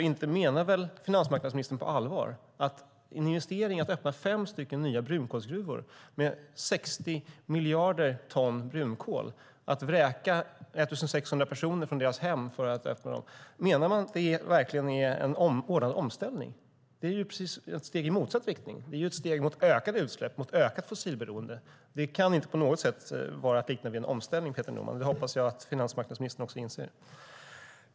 Inte menar väl finansmarknadsministern på allvar att en investering där man öppnar fem nya brunkolsgruvor med 60 miljarder ton brunkol och vräker 1 600 personer från deras hem för att öppna dem är en ordnad omställning? Det är ett steg i precis motsatt riktning. Det är ett steg mot ökade utsläpp och ökat fossilberoende. Det kan inte på något sätt liknas vid en omställning, Peter Norman. Det hoppas jag att finansmarknadsministern inser.